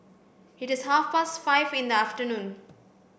it is half past five in the afternoon